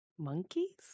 Monkeys